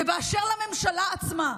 באשר לממשלה עצמה,